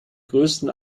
größten